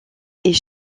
est